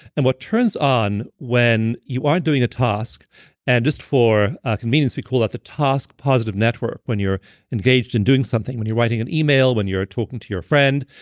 and what turns on when you aren't doing a task and just for convenience, we call that the task positive network when you're engaged in doing something. when you're writing an email, when you're talking to your friend,